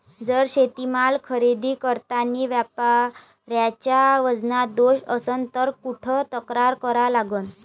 जर शेतीमाल खरेदी करतांनी व्यापाऱ्याच्या वजनात दोष असन त कुठ तक्रार करा लागन?